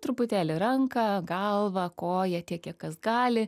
truputėlį ranką galvą koją tiek kiek kas gali